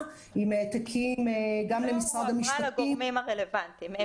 עם העתקים גם למשרד המשפטים --- היא לא הועברה לגורמים הרלוונטיים.